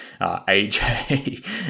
AJ